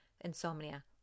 insomnia